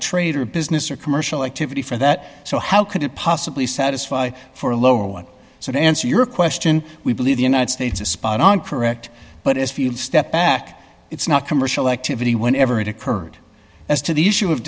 trade or business or commercial activity for that so how could it possibly satisfy for a lower one so to answer your question we believe the united states is spot on correct but if you step back it's not commercial activity whenever it occurred as to the issue of